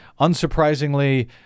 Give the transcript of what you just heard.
Unsurprisingly